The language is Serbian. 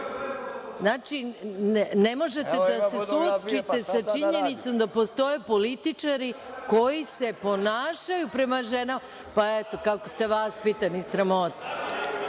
Ne možete da se suočite sa činjenicom da postoje političari koji se ponašaju prema ženama. Pa, eto kako ste vaspitani, sramota.